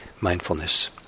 mindfulness